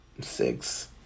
Six